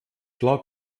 klar